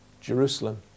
Jerusalem